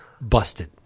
busted